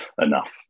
enough